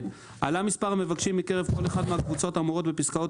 עלה מספר המבקשים מקרב כל אחת מהקבוצות האמורות בפסקאות